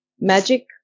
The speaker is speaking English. magic